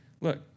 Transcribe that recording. look